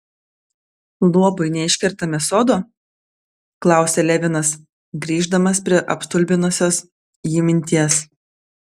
luobui neiškertame sodo klausė levinas grįždamas prie apstulbinusios jį minties